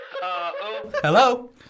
Hello